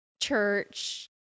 church